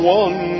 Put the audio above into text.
one